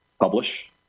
publish